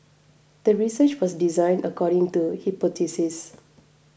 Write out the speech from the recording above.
the research was designed according to hypothesis